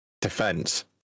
defense